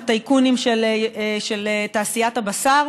לטייקונים של תעשיית הבשר,